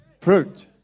Fruit